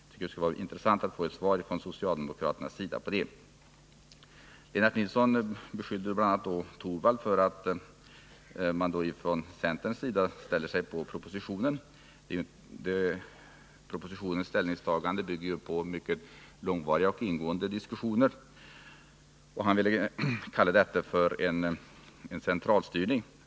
Det skulle vara intressant att få ett svar från socialdemokraterna på den frågan. Lennart Nilsson beskyllde bl.a. Rune Torwald för att man från centerns sida ställer sig bakom propositionen. Propositionens ställningstagande bygger på mycket långvariga och ingående diskussioner. Lennart Nilsson ville också kalla detta centralstyrning.